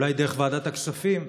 אולי דרך ועדת הכספים,